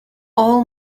all